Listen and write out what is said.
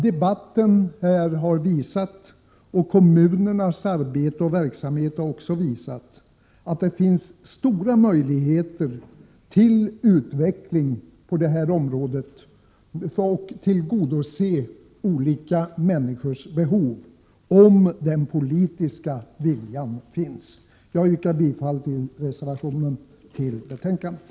Debatten här samt kommunernas arbete och verksamhet har visat att det finns stora möjligheter till utveckling på detta område när det gäller att tillgodose olika människors behov, om den politiska viljan finns. Jag yrkar bifall till reservationen till betänkandet.